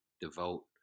devote